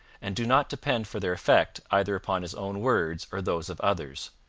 and do not depend for their effect either upon his own words or those of others.